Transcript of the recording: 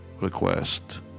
request